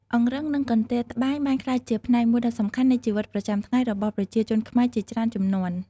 អង្រឹងនិងកន្ទេលត្បាញបានក្លាយជាផ្នែកមួយដ៏សំខាន់នៃជីវិតប្រចាំថ្ងៃរបស់ប្រជាជនខ្មែរជាច្រើនជំនាន់។